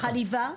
בחליבה,